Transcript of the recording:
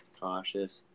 cautious